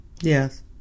Yes